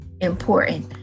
important